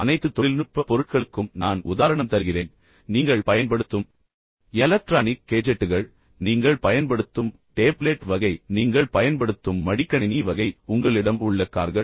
அனைத்து தொழில்நுட்ப பொருட்களுக்கும் நான் உதாரணம் தருகிறேன் நீங்கள் பயன்படுத்தும் எலக்ட்ரானிக் கேஜெட்டுகள் நீங்கள் பயன்படுத்தும் டேப்லெட் வகை நீங்கள் பயன்படுத்தும் மடிக்கணினி வகை உங்களிடம் உள்ள கார்கள்